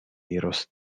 iros